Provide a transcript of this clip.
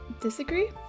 Disagree